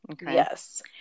Yes